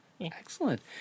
Excellent